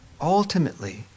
Ultimately